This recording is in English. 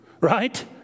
right